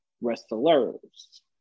wrestlers